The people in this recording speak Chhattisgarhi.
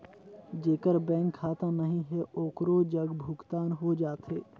जेकर बैंक खाता नहीं है ओकरो जग भुगतान हो जाथे?